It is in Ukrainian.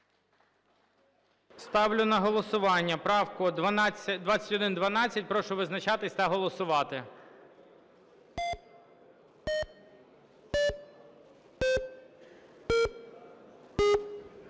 Ставлю на голосування правку 2133. Прошу визначатись та голосувати.